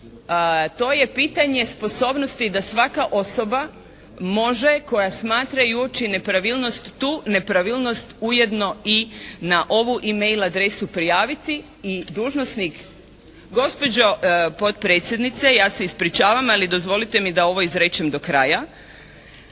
to je pitanje sposobnosti da svaka osoba može koja smatra i uoči nepravilnost tu nepravilnost ujedno i na ovu e-mail adresu prijaviti i dužnosnik … Gospođo potpredsjednice ja se ispričavam, ali dozvolite mi da ovo izrečem do kraja.